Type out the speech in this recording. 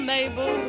Mabel